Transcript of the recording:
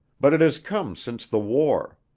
but it has come since the war.